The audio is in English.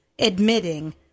admitting